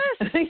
Yes